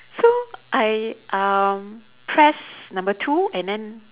so I um press number two and then